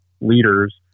leaders